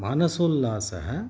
मानसोल्लासः